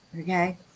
okay